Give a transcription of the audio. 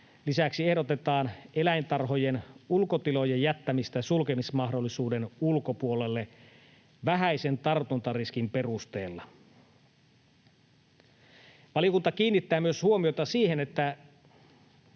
Lisäksi ehdotetaan eläintarhojen ulkotilojen jättämistä sulkemismahdollisuuden ulkopuolelle vähäisen tartuntariskin perusteella. Valiokunta kiinnittää huomiota myös siihen, että